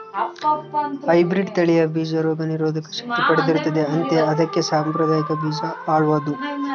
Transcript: hybrid ತಳಿಯ ಬೀಜ ರೋಗ ನಿರೋಧಕ ಶಕ್ತಿ ಪಡೆದಿರುತ್ತದೆ ಅಂತೆ ಅದಕ್ಕೆ ಸಾಂಪ್ರದಾಯಿಕ ಬೀಜ ಹಾಳಾದ್ವು